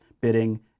bidding